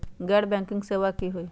गैर बैंकिंग सेवा की होई?